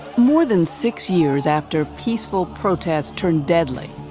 more than six years after peaceful protests turned deadly.